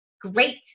great